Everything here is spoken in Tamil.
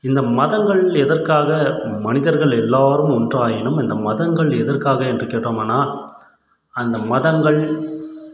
இந்த மதங்கள் எதற்காக மனிதர்கள் எல்லாரும் ஒன்றாயினும் இந்த மதங்கள் எதற்காக என்று கேட்டோம்ன்னா அந்த மதங்கள்